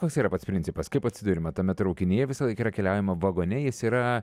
koks yra pats principas kaip atsiduriame tame traukinyje visąlaik yra keliaujama vagone jis yra